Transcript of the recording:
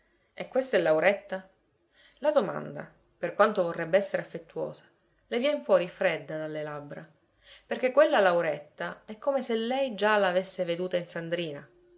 e questa è lauretta la domanda per quanto vorrebbe essere affettuosa le vien fuori fredda dalle labbra perché quella lauretta è come se lei già la avesse veduta in sandrina